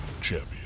champion